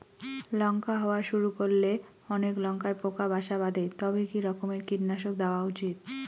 লঙ্কা হওয়া শুরু করলে অনেক লঙ্কায় পোকা বাসা বাঁধে তবে কি রকমের কীটনাশক দেওয়া উচিৎ?